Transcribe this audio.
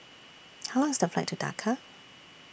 How Long IS The Flight to Dakar